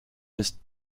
des